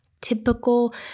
typical